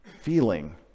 feeling